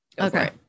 okay